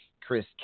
Chris